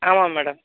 ஆமாம் மேடம்